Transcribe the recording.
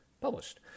published